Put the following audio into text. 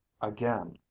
again